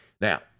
Now